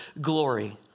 glory